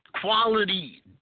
quality